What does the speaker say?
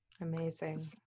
Amazing